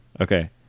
okay